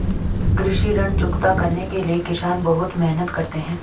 कृषि ऋण चुकता करने के लिए किसान बहुत मेहनत करते हैं